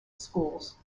schools